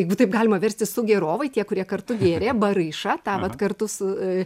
jeigu taip galima virsti sugėrovai tie kurie kartu gėrė baryša tą vat kartu su